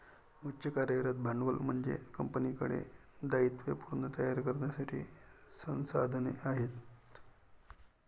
उच्च कार्यरत भांडवल म्हणजे कंपनीकडे दायित्वे पूर्ण करण्यासाठी संसाधने आहेत